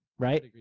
Right